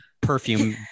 perfume